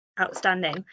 outstanding